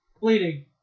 bleeding